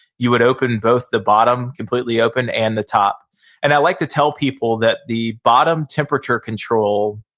you would open both the bottom completely open and the top and i like to tell people that the bottom temperature control,